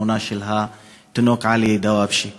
התמונה של התינוק עלי דוואבשה,